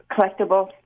collectible